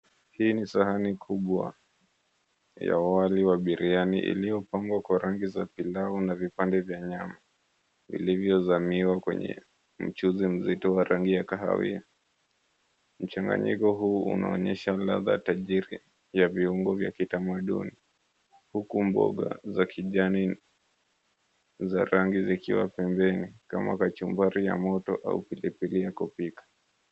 Hii ni sahani kubwa ya wali wa biriani iliyopambwa kwa rangi za pilau na vipande vya nyama, vilivyozamiwa kwenye mchuzi mzito wa rangi ya kahawia. Mchanganyiko huu unaonyesha ladha tajiri ya viungo vya kitamaduni, huku mboga za kijani za rangi zikiwa pembeni kama kachumbari ya moto au pilipili ya kupika.